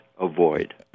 avoid